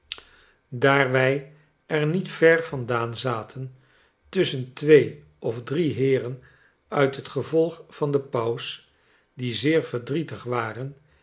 wij er niet ver vandaan zaten tusschen twee of drie heeren uit het gevolg van den paus die zeer verdrietig waren